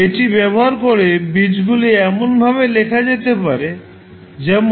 এটি ব্যবহার করে বীজগুলি এমনভাবে লেখা যেতে পারে যেমন